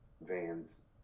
vans